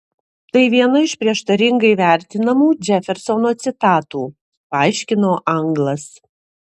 tai viena iš prieštaringai vertinamų džefersono citatų paaiškino anglas